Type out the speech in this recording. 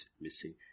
missing